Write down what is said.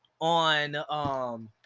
on